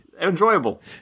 enjoyable